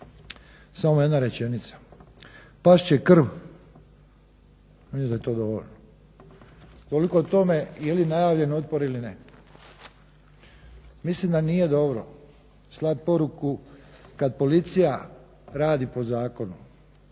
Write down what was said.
samo jedna rečenica. Past će krv! Mislim da je to dovoljno. Toliko o tome je li najavljen otpor ili ne. Mislim da nije dobro slati poruku kad policija radi po zakonu.